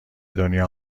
دنیا